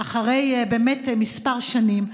אחרי באמת כמה שנים,